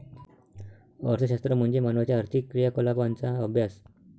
अर्थशास्त्र म्हणजे मानवाच्या आर्थिक क्रियाकलापांचा अभ्यास